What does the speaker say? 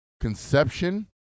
Conception